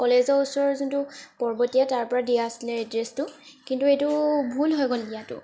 কলেজৰ ওচৰৰ যোনটো পৰ্বতীয়া তাৰপৰা দিয়া আছিলে এড্ৰেছটো কিন্তু এইটো ভুল হৈ গ'ল দিয়াতো